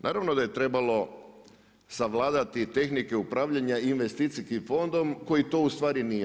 Naravno da je trebalo savladati tehnike upravljanja investicijskim fondom koji to ustvari nije.